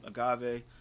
agave